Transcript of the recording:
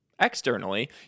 Externally